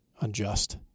unjust